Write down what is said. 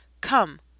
Come